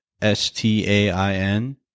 S-T-A-I-N